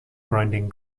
grinding